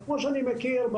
250?